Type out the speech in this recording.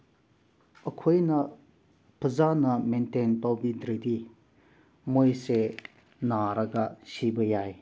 ꯑꯩꯈꯣꯏꯅ ꯐꯖꯅ ꯃꯦꯟꯇꯦꯟ ꯇꯧꯕꯤꯗ꯭ꯔꯗꯤ ꯃꯣꯏꯁꯦ ꯅꯥꯔꯒ ꯁꯤꯕ ꯌꯥꯏ